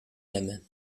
même